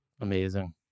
Amazing